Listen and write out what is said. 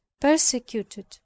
persecuted